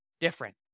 different